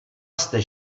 jste